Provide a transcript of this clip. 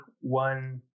one